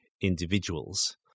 individuals